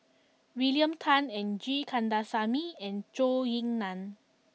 William Tan G Kandasamy and Zhou Ying Nan